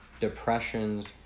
depressions